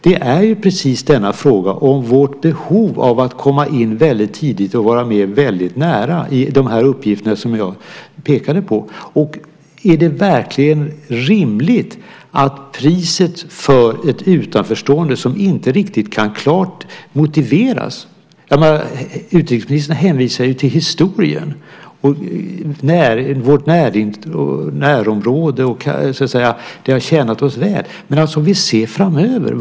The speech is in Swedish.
Det är precis denna fråga om vårt behov av att komma in väldigt tidigt och vara med väldigt nära i de uppgifter som jag pekade på. Är det verkligen rimligt att betala priset för ett utanförstående, som inte riktigt kan klart motiveras? Utrikesministern hänvisar till historien, vårt närområde och att det har tjänat oss väl. Men vi måste se framöver.